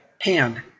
hand